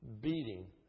beating